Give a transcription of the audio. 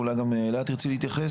ואולי גם אליה תרצי להתייחס.